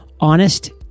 Honest